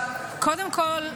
--- קודם כול,